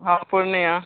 हाँ पूर्निया